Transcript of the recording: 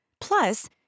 Plus